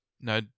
No